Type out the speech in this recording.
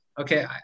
okay